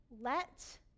Let